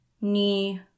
knee